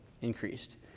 increased